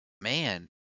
Man